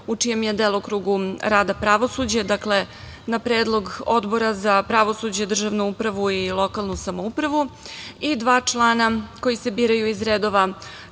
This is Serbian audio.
u čijem je delokrugu rada pravosuđe, dakle, na predlog Odbora za pravosuđe, državnu upravu i lokalnu samoupravu i dva člana koji se biraju iz redova